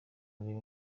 urebe